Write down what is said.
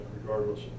regardless